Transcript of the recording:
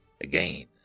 again